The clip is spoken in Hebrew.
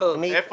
איפה